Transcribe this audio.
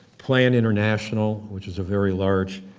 plan international, which is a very large